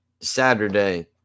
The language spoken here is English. saturday